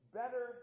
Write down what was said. better